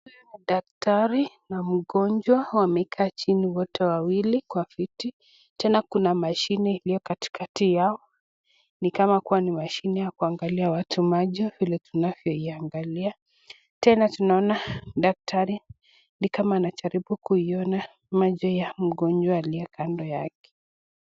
Daktari na mgonjwa wamekaa chini wote wawili kwa viti tena kuna mashine iliyokatikati yao ni kama kuwa ni mashine ya kuangalia watu macho vile tunavyoiangalia. Tena tunaona daktari ni kama anajaribu kuiona maji ya mgonjwa aliye kando yake.